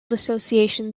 association